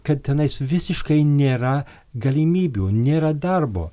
kad tenais visiškai nėra galimybių nėra darbo